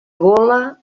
gola